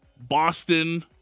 Boston